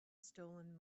stolen